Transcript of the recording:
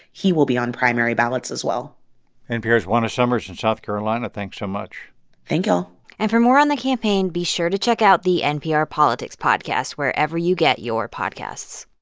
he will be on primary ballots, as well npr's juana summers in south carolina. thanks so much thank y'all and for more on the campaign, be sure to check out the npr politics podcast wherever you get your podcasts